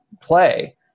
play